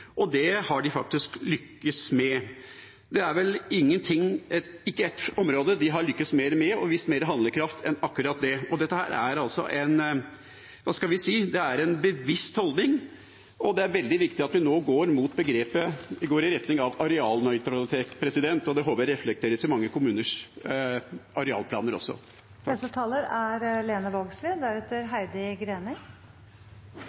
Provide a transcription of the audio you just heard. og det har de faktisk lyktes med. Det er vel ikke ett område der de har lyktes mer, og der de har vist mer handlekraft, enn akkurat dette. Det er – hva skal en si – en bevisst holdning, og det er veldig viktig at vi nå går i retning av arealnøytralitet, og det håper jeg reflekteres i mange kommuners arealplaner også.